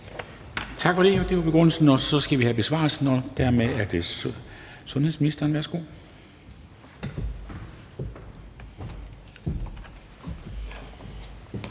Tak for det. Det var begrundelsen. Så skal vi have besvarelsen, og dermed er det sundhedsministeren. Værsgo.